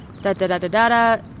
Da-da-da-da-da-da